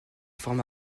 forme